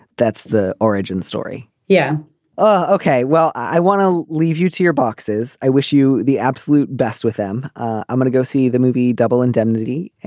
that's the origin story. yeah oh ok. well i want to leave you to your boxes. i wish you the absolute best with them. i'm gonna go see the movie double indemnity and